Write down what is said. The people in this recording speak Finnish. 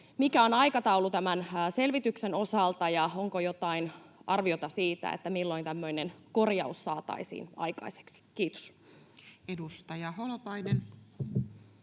mikä on aikataulu tämän selvityksen osalta ja onko jotain arviota siitä, milloin tämmöinen korjaus saataisiin aikaiseksi. — Kiitos. Edustaja Holopainen.